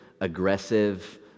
aggressive